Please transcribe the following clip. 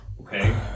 Okay